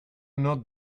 not